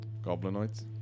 Goblinoids